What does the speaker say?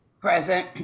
Present